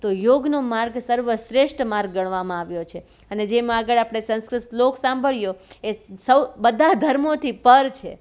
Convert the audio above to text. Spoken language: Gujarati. તો યોગનો માર્ગ સર્વશ્રેષ્ઠ માર્ગ ગણવામાં આવ્યો છે અને જેમાં આગળ સંસ્કૃત શ્લોક સાંભળ્યો એ સૌ બધા ધર્મોથી પર છે